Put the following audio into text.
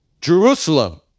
Jerusalem